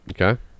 Okay